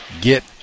get